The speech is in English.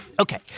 Okay